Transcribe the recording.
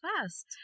fast